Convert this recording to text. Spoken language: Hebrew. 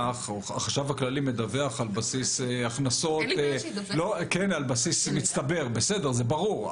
החשב הכללי מדווח על בסיס הכנסות מצטבר -- אין לי בעיה שידווח.